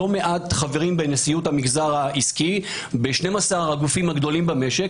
לא מעט חברים בנשיאות המגזר העסקי ב-12 הגופים הגדולים במשק